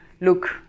look